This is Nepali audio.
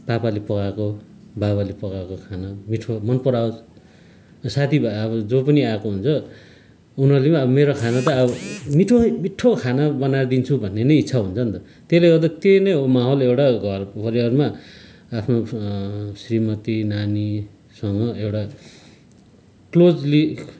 पापाले पकाएको बाबाले पकाएको खान मिठो मन पराओस् साथीभाइ अब जो पनि आएको हुन्छ उनीहरूले पनि अब मेरो खाना त मिठो है मिठो खाना बनाएर दिन्छु भन्ने नै इच्छा हुन्छ नि त त्यसले गर्दा त्यही नै हो माहोल एउटा घरको परिवारमा आफ्नो श्रीमती नानीसँग एउटा क्लोजली